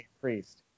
Priest